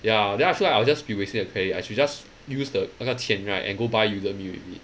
ya then I feel like I will just be wasting the credit I should just use the 那个钱 right and go buy Udemy with it